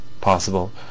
possible